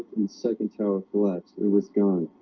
second tower collapse it was gone